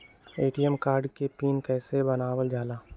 ATM card के PIN कैसे बनावल जाला?